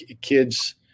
Kids